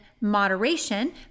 moderation